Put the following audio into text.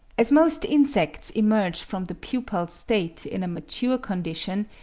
as most insects emerge from the pupal state in a mature condition,